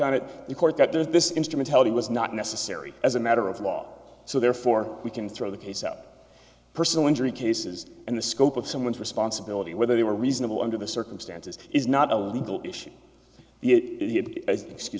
on it in court that there's this instrumentality was not necessary as a matter of law so therefore we can throw the case out personal injury cases and the scope of someone's responsibility whether they were reasonable under the circumstances is not a legal issue the excuse